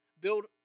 Build